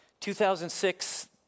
2006